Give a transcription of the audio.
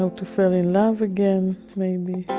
to to fall in love again, maybe